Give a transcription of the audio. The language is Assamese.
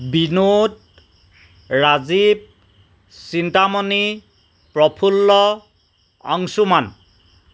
বিনোদ ৰাজীৱ চিন্তামণি প্ৰফুল্ল অংশুমান